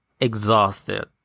exhausted